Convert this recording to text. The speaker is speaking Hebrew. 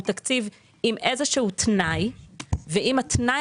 הוא תקציב עם איזה שהוא תנאי ואם התנאי